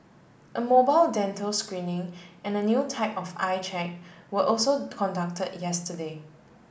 a mobile dental screening and a new type of eye check were also conduct yesterday